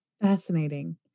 Fascinating